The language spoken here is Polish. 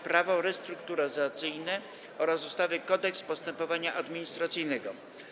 Prawo restrukturyzacyjne oraz ustawy Kodeks postępowania administracyjnego.